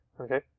okay